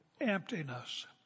emptiness